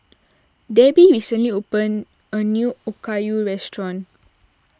Debby recently opened a new Okayu restaurant